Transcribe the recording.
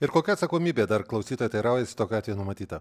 ir kokia atsakomybė dar klausytoja teiraujasi tokiu atveju numatyta